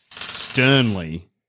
sternly